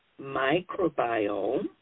microbiome